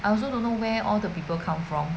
mm I also don't know where all the people come from